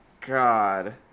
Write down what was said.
God